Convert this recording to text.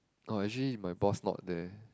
oh actually my boss not there